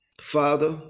Father